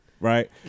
Right